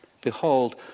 behold